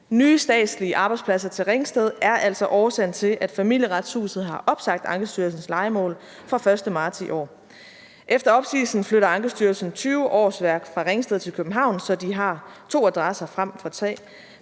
Nye statslige arbejdspladser til Ringsted er altså årsagen til, at Familieretshuset har opsagt Ankestyrelsens lejemål fra den 1. marts i år. Efter opsigelsen flytter Ankestyrelsen 20 årsværk fra Ringsted til København, så de har to adresser frem for tre,